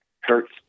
hurts